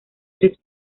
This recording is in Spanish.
tres